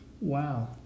wow